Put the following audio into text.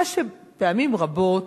מה שפעמים רבות